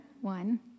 one